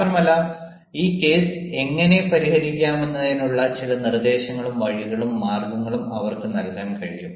മാത്രമല്ല ഈ കേസ് എങ്ങനെ പരിഹരിക്കാമെന്നതിനുള്ള ചില നിർദ്ദേശങ്ങളും വഴികളും മാർഗങ്ങളും അവർക്ക് നൽകാൻ കഴിയും